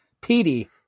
Petey